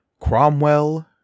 Cromwell